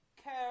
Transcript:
care